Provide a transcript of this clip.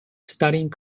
studying